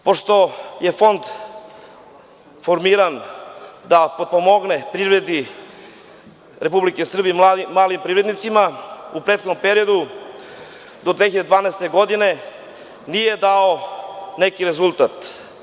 Pošto je Fond formiran da potpomogne privredi Republike Srbije i malim privrednicima, u prethodnom periodu do 2012. godine nije dao neki rezultat.